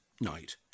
night